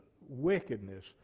wickedness